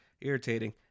irritating